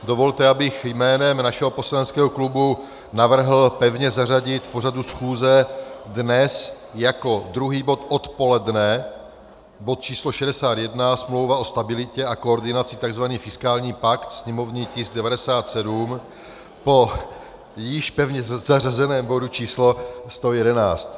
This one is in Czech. Dovolte, abych jménem našeho poslaneckého klubu navrhl pevně zařadit v pořadu schůze dnes jako druhý bod odpoledne bod č. 61, Smlouva o stabilitě a koordinaci, tzv. fiskální pakt, sněmovní tisk 97, po již pevně zařazeném bodu č. 111.